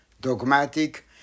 dogmatic